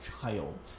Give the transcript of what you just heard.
child